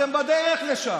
אתם בדרך לשם,